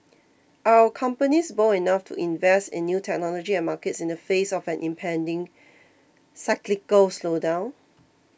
are our companies bold enough to invest in new technology and markets in the face of an impending cyclical slowdown